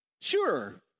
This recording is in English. Sure